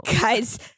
Guys